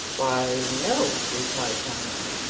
why, no, replied jonathan,